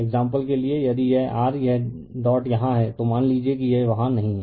example के लिए यदि यह r यह डॉट यहाँ है तो मान लीजिए कि यह वहाँ नहीं है